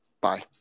Bye